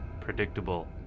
predictable